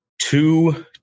two